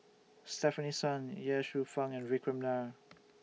Stefanie Sun Ye Shufang and Vikram Nair